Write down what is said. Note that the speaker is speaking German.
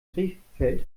krefeld